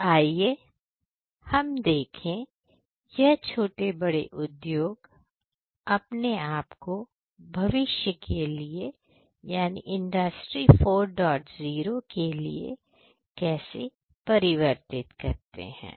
तो आइए हम देखें यह छोटे बड़े उद्योग अपने आप को भविष्य के लिए यानी इंडस्ट्री 40 के लिए कैसे परिवर्तित करते हैं